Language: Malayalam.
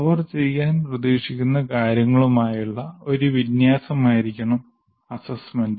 അവർ ചെയ്യാൻ പ്രതീക്ഷിക്കുന്ന കാര്യങ്ങളുമായുള്ള ഒരു വിന്യാസമായിരിക്കും വിലയിരുത്തൽ